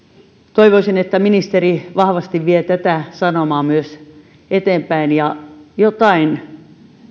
toivoisin että ministeri vahvasti vie tätä sanomaa myös eteenpäin ja jotain